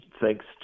thanks